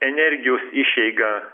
energijos išeiga